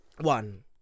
one